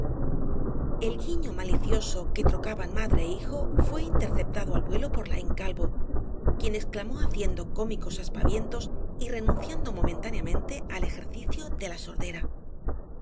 el guiño malicioso que trocaban madre é hijo fué interceptado al vuelo por laín calvo quien exclamó haciendo cómicos aspavientos y renunciando momentáneamente al ejercicio de la sordera